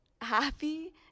happy